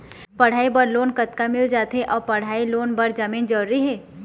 पढ़ई बर लोन कतका मिल जाथे अऊ पढ़ई लोन बर जमीन जरूरी हे?